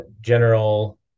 general